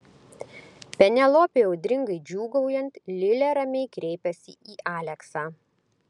penelopei audringai džiūgaujant lilė ramiai kreipėsi į aleksą